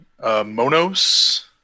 Monos